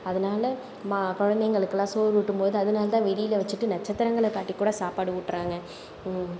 அதனால மா குழந்தைங்களுக்கெல்லாம் சோறு ஊட்டும் போது அதனால தான் வெளியில் வச்சுட்டு நட்சத்திரங்களை காட்டிக் கூட சாப்பாடு ஊட்டுறாங்க